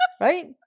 right